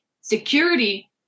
security